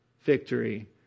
victory